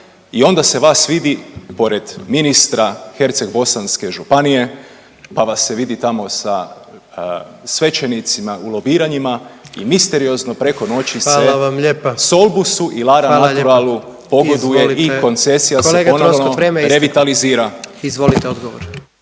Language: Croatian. i onda se vas vidi pored ministra Hercegbosanske županije, pa vas se vidi tamo sa svećenicima u lobiranjima i misteriozno preko noći se .../Upadica: Hvala vam lijepa./... Solbusu i Lara